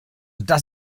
das